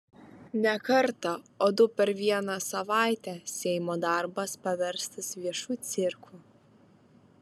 ne kartą o du per vieną savaitę seimo darbas paverstas viešu cirku